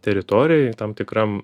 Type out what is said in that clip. teritorijoj tam tikram